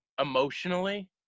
emotionally